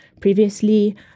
previously